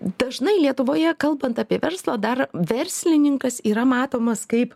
dažnai lietuvoje kalbant apie verslą dar verslininkas yra matomas kaip